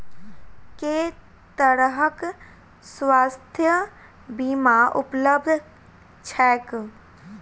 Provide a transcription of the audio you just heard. केँ तरहक स्वास्थ्य बीमा उपलब्ध छैक?